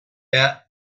bet